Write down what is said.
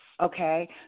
okay